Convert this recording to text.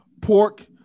pork